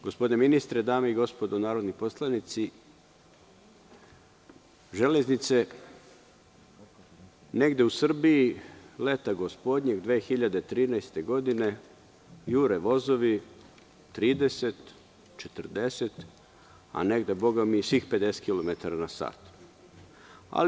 Gospodine ministre, dame i gospodo narodni poslanici, železnice negde u Srbiji leta gospodnjeg 2013. godine, jure vozovi 30, 40, a negde bogami i svih 50 km na sat.